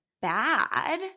bad